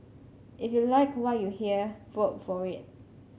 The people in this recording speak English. if you like what you hear vote for it